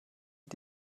sie